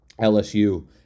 LSU